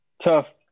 tough –